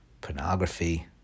pornography